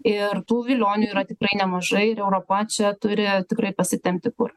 ir tų vilionių yra tikrai nemažai ir europa čia turi tikrai pasitempti kur